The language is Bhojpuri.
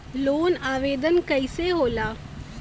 लोन आवेदन कैसे होला?